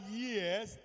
years